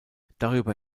darüber